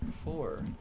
Four